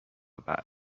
بعد